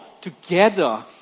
together